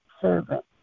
servant